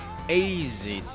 easy